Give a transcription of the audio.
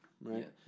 right